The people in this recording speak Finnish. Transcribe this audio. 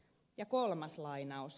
ja kolmas lainaus